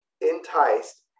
enticed